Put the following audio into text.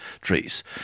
trees